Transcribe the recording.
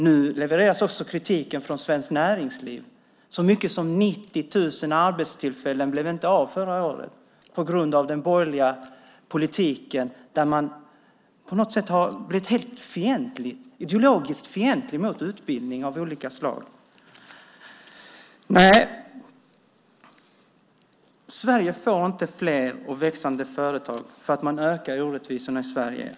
Nu levereras också kritik från Svenskt Näringsliv. Så mycket som 90 000 arbetstillfällen blev inte av förra året på grund av den borgerliga politiken där man på något sätt ideologiskt har blivit helt fientlig till utbildning av olika slag. Nej, Sverige får inte fler och växande företag genom att man ökar orättvisor i Sverige.